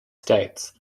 states